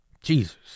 jesus